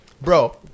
Bro